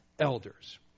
elders